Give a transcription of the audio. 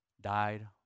died